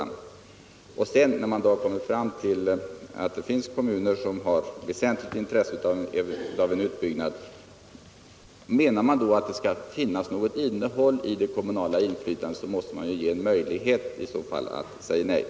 När man sedan kommit fram till att det finns kommuner som har väsentligt intresse av en utbyggnad och om man har uppfattningen att det skall finnas något innehåll i det kommunala inflytandet, måste man ge möjlighet för en kommun att säga nej.